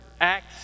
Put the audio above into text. Acts